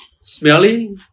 smelly